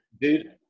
Dude